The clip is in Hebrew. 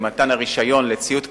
במתן הרשיון לציוד קצה,